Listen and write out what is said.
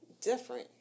Different